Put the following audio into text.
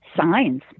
Signs